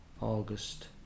august